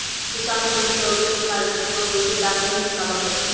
किसानों को बिचौलियों के कारण फसलों के उचित दाम नहीं मिल पावअ हई